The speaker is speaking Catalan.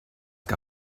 que